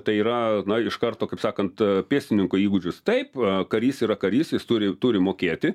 tai yra na iš karto kaip sakant pėstininko įgūdžius taip karys yra karys jis turi turi mokėti